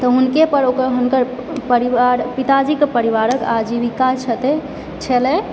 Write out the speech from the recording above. तऽ हुनके पर हुनकर परिवार आ पिताजीक परिवार आजीविका छलय